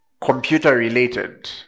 computer-related